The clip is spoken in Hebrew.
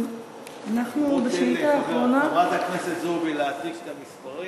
אתן לחברת הכנסת זועבי להעתיק את המספרים,